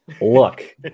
Look